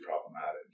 problematic